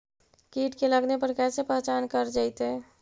कीट के लगने पर कैसे पहचान कर जयतय?